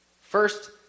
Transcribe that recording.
First